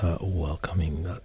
welcoming